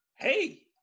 hey